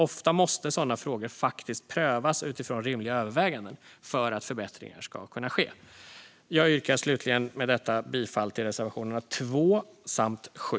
Ofta måste sådana frågor faktiskt prövas utifrån rimliga överväganden för att förbättringar ska kunna ske. Med detta yrkar jag slutligen bifall till reservationerna 2 samt 7.